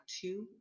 two